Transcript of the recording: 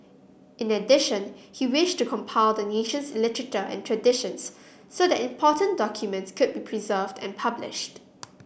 in addition he wished to compile the nation's literature and traditions so that important documents could be preserved and published